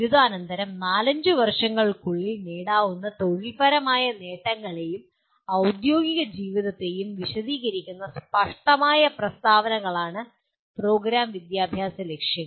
ബിരുദാനന്തരം നാലഞ്ച് വർഷങ്ങൾക്കുള്ളിൽ നേടാവുന്ന തൊഴിൽപരമായ നേട്ടങ്ങളേയും ഔദ്യോഗിക ജീവിതത്തേയും വിശദീകരിക്കുന്ന സ്പഷ്ടമായ പ്രസ്താവനകളാണ് പ്രോഗ്രാം വിദ്യാഭ്യാസ ലക്ഷ്യങ്ങൾ